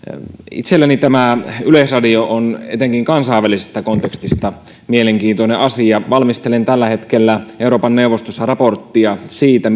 itselleni yleisradio on etenkin kansainvälisestä kontekstista mielenkiintoinen asia valmistelen tällä hetkellä euroopan neuvostossa raporttia siitä